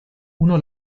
uno